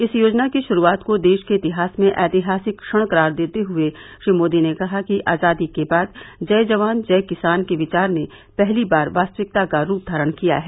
इस योजना की शुरूआत को देश के इतिहास में ऐतिहासिक क्षण करार देते हुए श्री मोदी ने कहा कि आज़ादी के बाद जय जवान जय किसान का विचार ने पहली बार वास्तविकता का रूप धारण किया है